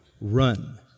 run